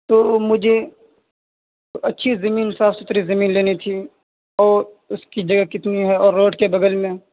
تو وہ مجھے اچھی زمین صاف ستھری زمین لینی تھی اور اس کی جگہ کتنی ہے اور روڈ کے بغل میں